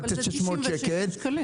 ולא רק שאתה משלם על הטסט 600 שקל,